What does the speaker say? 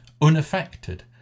unaffected